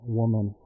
woman